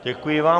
Děkuji vám.